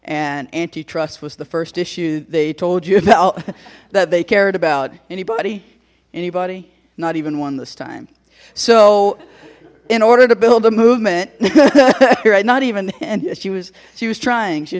and antitrust was the first issue they told you about that they cared about anybody anybody not even one this time so in order to build a movement right not even and she was she was trying